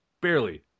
barely